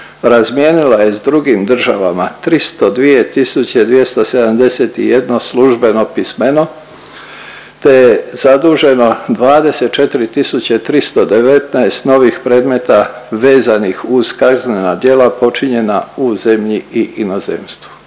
razmijenila je s drugim državama 302 tisuće 271 službeno pismeno te je zaduženo 24 tisuće 319 novih predmeta vezanih uz kaznena djela počinjena u zemlji i inozemstvu.